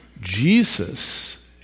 Jesus